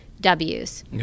W's